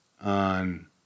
on